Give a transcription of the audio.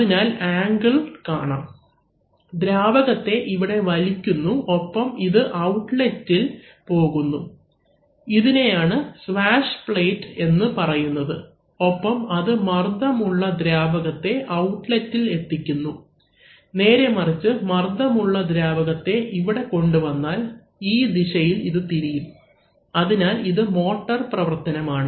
അതിനാൽ ആംഗിൾ കാരണം ദ്രാവകത്തെ ഇവിടെ വലിക്കുന്നു ഒപ്പം അത് ഔട്ട്ലെറ്റിൽ പോകുന്നു ഇതിനെയാണ് സ്വാശ് പ്ലേറ്റ് എന്ന് പറയുന്നത് ഒപ്പം അത് മർദ്ദം ഉള്ള ദ്രാവകത്തെ ഔട്ട്ലെറ്റിൽ എത്തിക്കുന്നു നേരെമറിച്ച് മർദ്ദം ഉള്ള ദ്രാവകത്തെ ഇവിടെ കൊണ്ടുവന്നാൽ ഈ ദിശയിൽ ഇത് തിരിയും അതിനാൽ ഇത് മോട്ടർ പ്രവർത്തനമാണ്